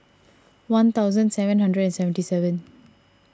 one thousand seven hundred seventy seven